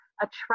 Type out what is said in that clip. attract